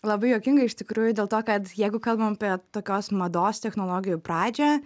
labai juokinga iš tikrųjų dėl to kad jeigu kalbam apie tokios mados technologijų pradžią